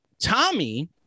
tommy